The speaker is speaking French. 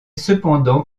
cependant